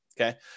Okay